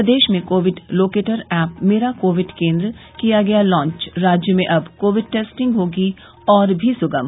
प्रदेश में Covid locator app मेरा Covid केन्द्र किया गया लांच राज्य में अब कोविड टेस्टिंग होगी और भी सुगम